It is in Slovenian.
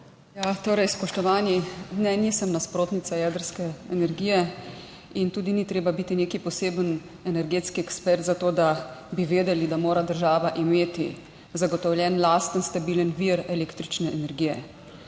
Torej, spoštovani. Ne, nisem nasprotnica jedrske energije in tudi ni treba biti nek poseben energetski ekspert za to, da bi vedeli, da mora država imeti zagotovljen lasten stabilen vir električne energije.